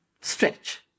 stretch